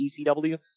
ECW